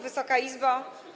Wysoka Izbo!